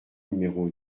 numéro